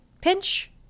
pinch